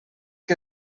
que